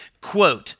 quote